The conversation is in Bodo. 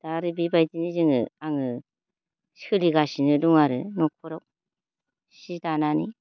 दा आरो बेबायदिनो जोङो आङो सोलिगासिनो दं आरो न'खराव सि दानानै